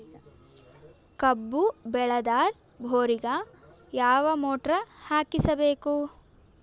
ಕಬ್ಬು ಬೇಳದರ್ ಬೋರಿಗ ಯಾವ ಮೋಟ್ರ ಹಾಕಿಸಬೇಕು?